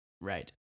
Right